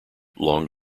long